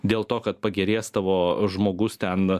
dėl to kad pagerės tavo žmogus ten